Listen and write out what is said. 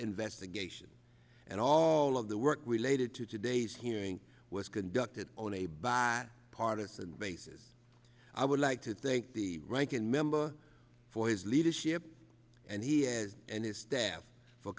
investigation and all of the work related to today's hearing was conducted on a bi partisan basis i would like to thank the ranking member for his leadership and he has and staff